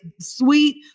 sweet